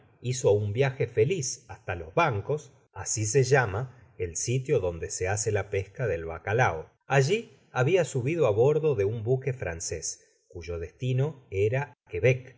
hizo un viaje feliz hasta los bancos así se llama el sitio donde se hace la pesca del bacalao allí habia subido á bordo de un buque francés cuyo destino era á